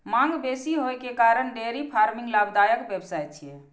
मांग बेसी होइ के कारण डेयरी फार्मिंग लाभदायक व्यवसाय छियै